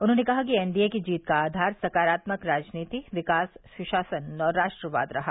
उन्होंने कहा कि एनडीए की जीत का आधार सकारात्मक राजनीति विकास सुशासन और राष्ट्रवाद रहा